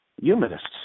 humanists